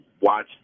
watch